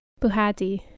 Buhadi